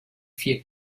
vier